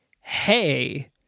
hey